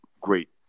great